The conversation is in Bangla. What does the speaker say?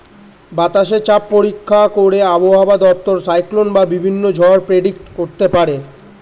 বাতাসে চাপ পরীক্ষা করে আবহাওয়া দপ্তর সাইক্লোন বা বিভিন্ন ঝড় প্রেডিক্ট করতে পারে